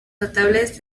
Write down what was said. notables